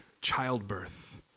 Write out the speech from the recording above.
childbirth